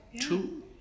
two